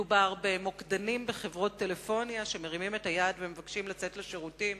מדובר במוקדנים בחברות טלפוניה שמרימים את היד ומבקשים לצאת לשירותים,